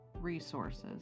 resources